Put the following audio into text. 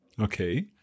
Okay